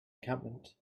encampment